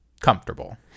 comfortable